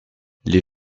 les